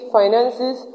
finances